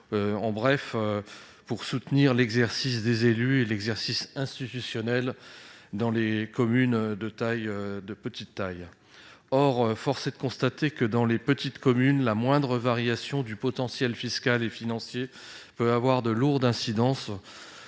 en somme de soutenir l'exercice par les élus de leur mandat dans les communes de petite taille. Or force est de constater que, dans les petites communes, la moindre variation de potentiel fiscal et financier peut avoir de lourdes incidences.